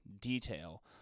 detail